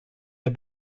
der